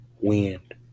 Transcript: wind